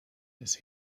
des